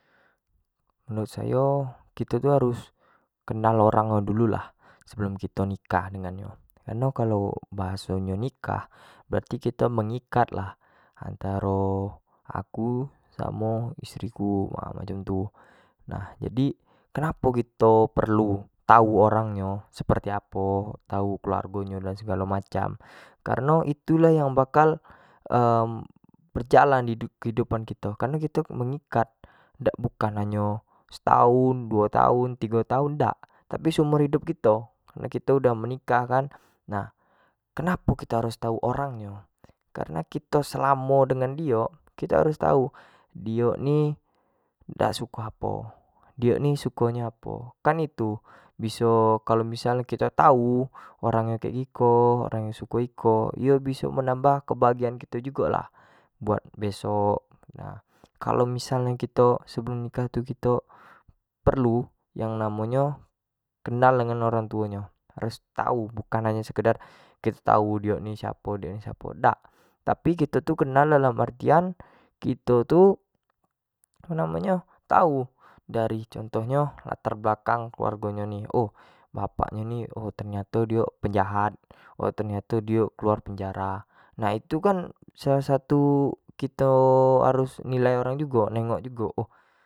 Menurut sayo kito tu harus, kenal orang nyo dulu lah sebelum kito nikah dengan nyo, kareno kalau bahasa nyo nikah, berarti kito mengikat lah antaro aku samo istreri ku, nah jadi ngapo kito perlu tau orang nyo, seperti apo, tau orang nyo seperti apo, tau keluargo nyo segalo macam, kareno itu lah yang bakal berjalan dalam kehidupan kito kareno kito mengikat dak bukan hanyo setahun, duo tahun, tigo tahun, dak tapi se umur hidup kito, karena kita udah nikah kan nah kenapo kito harus tau orang nyo kareno kito selamo dengan dio kito harus tau dio ni dak suko apo, dio ni suko nyo apo kan gitu, biso kalau missal nyo kito tau orang nyo ke giko, orang nyo suko iko, yo biso menambah kebahagiaan kito jugo lah buat besok na, kalau missal kito sebelum menikah tu, kito perlu yang namo nyo orang tuo nyo, harus tau bukan hanyo sekedar kito tau dio ni siapo-dio ni siapo tapi kito tu kenal dalam artian kito tu apo namo nyo tau dari contoh latar belakang keluargo nyo ni, oh bapak nyo ni ternyato penjahat. o ternyato dio keluar penjara nah itu kan salah satu kito hatus nilai orang jugo.